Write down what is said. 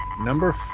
Number